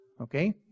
okay